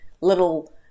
little